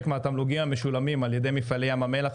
מהתמלוגים המשולמים על-ידי מפעלי ים המלח,